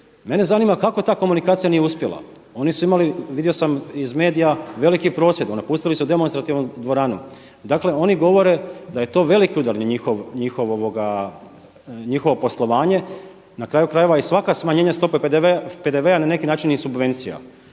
Mene zanima kako ta komunikacija nije uspjela? Oni su imali vidio sam iz medija veliki prosvjed, napustili su demonstrativno dvoranu. Dakle oni govore da je to veliki udar na njihovo poslovanje, na kraju krajeva i svaka smanjenja stope PDV-a je na neki način i subvencija.